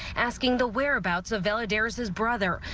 asking the whereabouts of villa dares his brother,